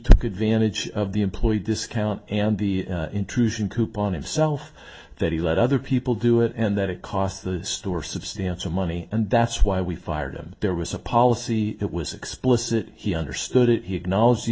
took advantage of the employee discount and the intrusion coupon of self that he let other people do it and that it cost the store substantial money and that's why we fired him there was a policy it was explicit he understood